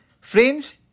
Friends